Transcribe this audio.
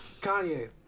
Kanye